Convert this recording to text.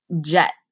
Jet